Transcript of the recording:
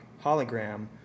hologram